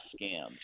scams